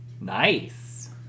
Nice